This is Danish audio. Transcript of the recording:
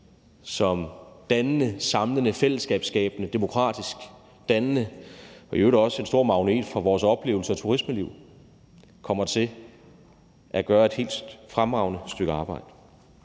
dannende, samlende, fællesskabsskabende og demokratisk dannende og i øvrigt også er en stor magnet for vores oplevelse af turismeliv – kommer til at gøre et helt fremragende stykke arbejde.